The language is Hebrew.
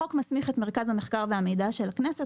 סעיף 64 לחוק הכנסת נותן למרכז המחקר והמידע של הכנסת